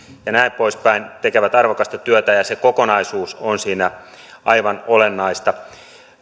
ja näin poispäin ne tekevät arvokasta työtä ja se kokonaisuus on siinä aivan olennaista